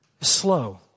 slow